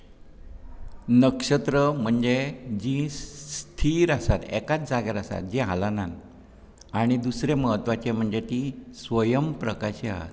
नक्षत्र म्हणजे जीं स्थिर आसात एकाच जाग्यार आसात जीं हालनात आनी दुसरें म्हत्वाचें म्हणजे तीं स्वयं प्रकाशी आहात